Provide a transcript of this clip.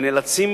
ונאלצים,